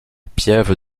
piève